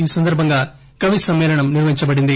ఈ సందర్బంగా కవి సమ్మేళనం నిర్వహించబడింది